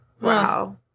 Wow